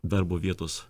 darbo vietos